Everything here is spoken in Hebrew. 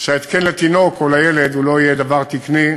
התקן לתינוק או לילד שאינו תקני,